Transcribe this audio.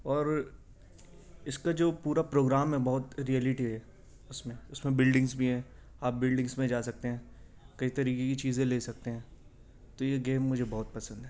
اور اس کا جو پورا پروگرام ہے وہ بہت ریئلٹی ہے اس میں بلڈنگس بھی ہیں آپ بلڈنگس میں جا سکتے ہیں کئی طریقے کی چیزیں لے سکتے ہیں تو یہ گیم مجھے بہت پسند ہے